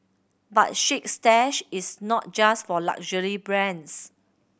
but Chic Stash is not just for luxury